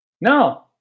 No